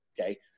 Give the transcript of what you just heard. Okay